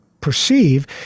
perceive